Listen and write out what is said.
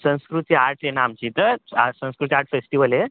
संस्कृती आर्ट आहे ना आमच्या इथं सं संस्कृती आर्ट फेस्टिवल आहे